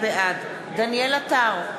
בעד דניאל עטר,